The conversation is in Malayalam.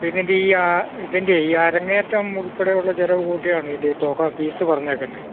അപ്പം ഇതിൻ്റെ ഈ ആ ഇതിൻ്റെ ഈ അരങ്ങേറ്റം ഉൾപ്പെടെയുള്ള ചിലവ് കൂട്ടിയാണോ ഇതിൻ്റെ തുക ഫീസ് പറഞ്ഞേക്കുന്നത്